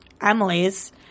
Emily's